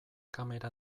kamera